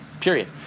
Period